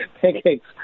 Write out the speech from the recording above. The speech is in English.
pancakes